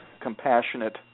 compassionate